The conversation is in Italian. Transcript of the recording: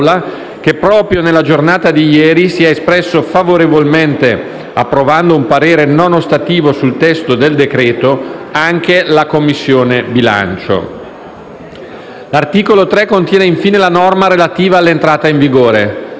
che, proprio nella giornata di ieri, si è espressa favorevolmente - approvando un parere non ostativo sul testo del decreto-legge - anche la Commissione bilancio. L'articolo 3 contiene infine la norma relativa all'entrata in vigore.